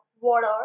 water